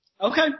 Okay